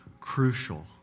crucial